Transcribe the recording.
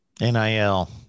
NIL